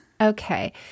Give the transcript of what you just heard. Okay